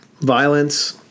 Violence